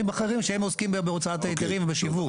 אחרים שהם עוסקים בהוצאת ההיתרים ושיווק.